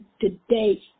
today